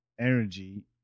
energy